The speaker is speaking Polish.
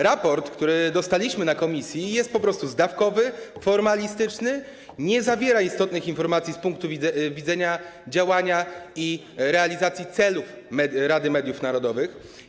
Raport, który dostaliśmy na posiedzeniu komisji, jest po prostu zdawkowy, formalistyczny, nie zawiera istotnych informacji z punktu widzenia działania i realizacji celów Rady Mediów Narodowych.